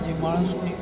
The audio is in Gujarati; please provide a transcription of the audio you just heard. જે માણસોની